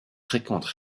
fréquentes